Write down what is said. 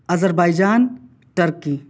Azar بائیجان Turkey